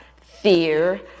fear